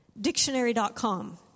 dictionary.com